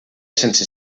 sense